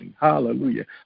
hallelujah